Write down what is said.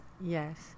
yes